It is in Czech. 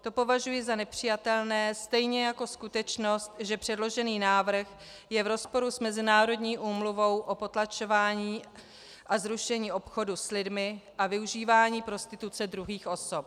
To považuji za nepřijatelné, stejně jako skutečnost, že předložený návrh je v rozporu s mezinárodní Úmluvou o potlačování a zrušení obchodu s lidmi a využívání prostituce druhých osob.